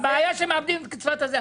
הבעיה היא שמאבדים את קצבת הזקנה.